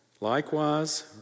Likewise